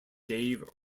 dave